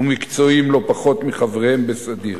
ומקצועיים לא פחות מחבריהם בסדיר,